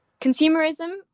Consumerism